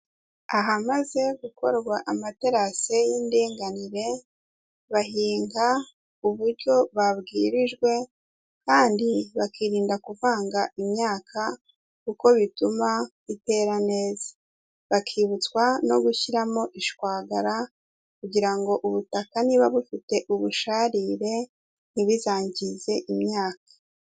Ahamaze gukorwa amaterasi y'indinganire bahinga uburyo babwirijwe kandi bakirinda kuvanga imyaka kuko bituma itera neza, bakibutswa no gushyiramo ishwagara kugira ngo ubutaka niba bufite ubusharire ntibizangize imyaka.